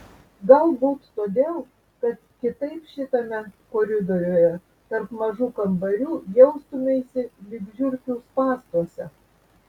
galbūt todėl kad kitaip šitame koridoriuje tarp mažų kambarių jaustumeisi lyg žiurkių spąstuose